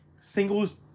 singles